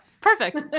Perfect